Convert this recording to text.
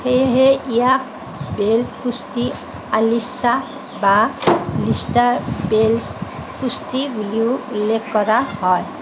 সেয়েহে ইয়াক বেল্ট কুস্তি আলিশ্বা বা লিষ্টা বেল্ট কুস্তি বুলিও উল্লেখ কৰা হয়